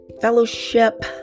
fellowship